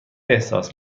احساس